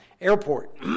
Airport